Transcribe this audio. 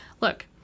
Look